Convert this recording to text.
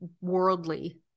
worldly